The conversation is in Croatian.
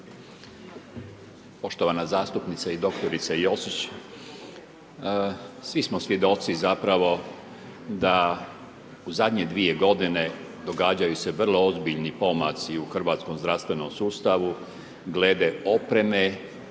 Poštovana zastupnice i doktorice Josić. Svi smo svjedoci zapravo da u zadnje 2 godine događaju se vrlo ozbiljni pomaci u hrvatskom zdravstvenom sustavu glede opreme